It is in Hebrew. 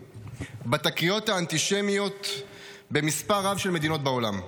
בתקריות האנטישמיות במספר רב של מדינות בעולם.